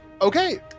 Okay